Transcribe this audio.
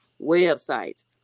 websites